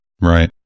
Right